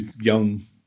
young